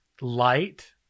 light